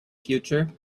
future